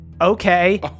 Okay